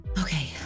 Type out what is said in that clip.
Okay